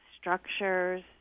structures